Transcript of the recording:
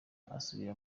asubira